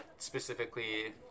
specifically